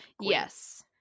yes